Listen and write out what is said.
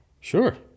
Sure